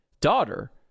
daughter